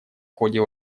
ходе